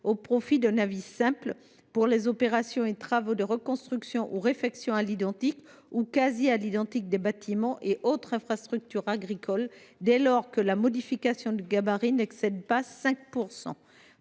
au profit d’un avis simple. Sont concernés les opérations et les travaux de reconstruction ou de réfection à l’identique ou quasi à l’identique des bâtiments et autres infrastructures agricoles, dès lors que la modification n’excède pas 5